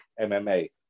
MMA